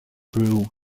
brew